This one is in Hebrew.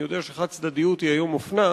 אני יודע שהיום חד-צדדיות היא אופנה,